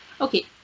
okay